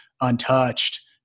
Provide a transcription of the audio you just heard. untouched